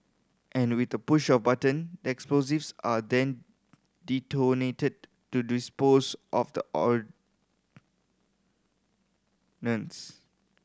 and with a push of button that explosives are then detonated to dispose of the ordnance